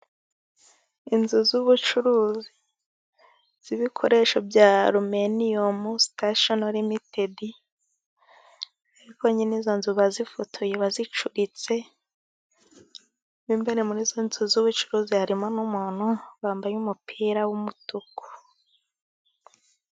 Inzu z'ubucuruzi z'ibikoresho bya aruminiyumu siteshono limitedi. Ariko nyine izo nzu bazifotoye ba zicuritse. Imberere muri izo nzu z'ubucuruzi harimo n'umuntu wambaye umupira w'umutuku.